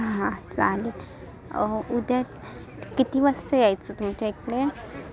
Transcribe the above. हा चालेल उद्या किती वाजता यायचं तुमच्या इकडे